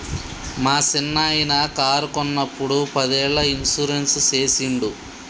మా సిన్ననాయిన కారు కొన్నప్పుడు పదేళ్ళ ఇన్సూరెన్స్ సేసిండు